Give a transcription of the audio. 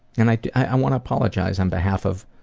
and i i wanna apologize on behalf of